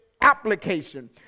application